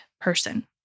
person